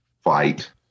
fight